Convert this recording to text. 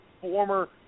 former